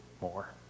more